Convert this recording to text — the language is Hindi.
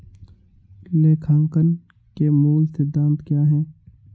लेखांकन के मूल सिद्धांत क्या हैं?